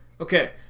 Okay